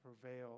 prevail